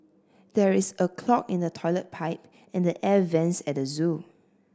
there is a clog in the toilet pipe and the air vents at the zoo